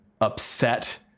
upset